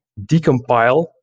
decompile